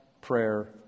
Prayer